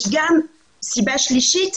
יש גם סיבה שלישית,